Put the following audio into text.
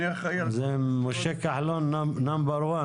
הירוקים עשו פעילות מול משרד האוצר ומיד קיבלו זימונים.